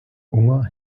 unger